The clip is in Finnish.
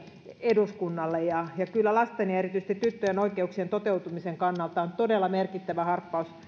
eduskunnalle kyllä lasten ja erityisesti tyttöjen oikeuksien toteutumisen kannalta on todella merkittävä harppaus